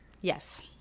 Yes